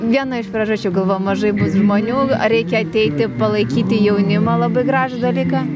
viena iš priežasčių galvojau mažai žmonių reikia ateiti palaikyti jaunimą labai gražų dalyką